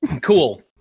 Cool